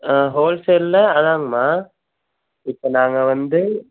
ஆ ஹோல்சேல்லில் அதாங்கம்மா இப்போ நாங்கள் வந்து